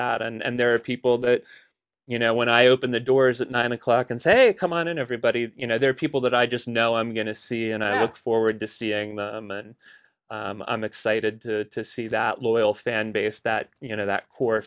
that and there are people that you know when i open the doors at nine o'clock and say come on in everybody you know there are people that i just know i'm going to see and i look forward to seeing them and i'm excited to see that loyal fan base that you know that core